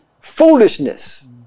Foolishness